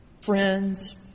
friends